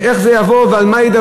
זה איך זה יבוא, על מה ידברו,